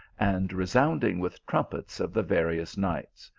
and resounding with trumpets of the various knights,